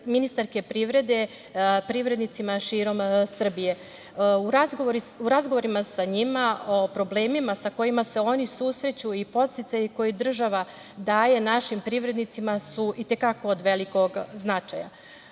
ministarke privrede privrednicima širom Srbije. U razgovorima sa njima o problemima sa kojima se oni susreću i podsticaji koje država daje našim privrednicima su i te kako od velikog